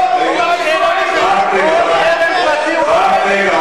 לא רוצים לנסוע לטירה.